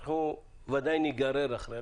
כי ודאי ניגרר אחריהם.